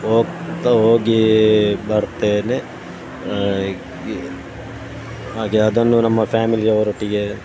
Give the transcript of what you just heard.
ಹೋಗ್ತ ಹೋಗಿ ಬರ್ತೇನೆ ಹಾಗೇ ಅದನ್ನು ನಮ್ಮ ಫ್ಯಾಮಿಲಿಯವರೊಟ್ಟಿಗೆ